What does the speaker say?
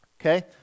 okay